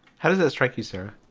how does this strike you, sir?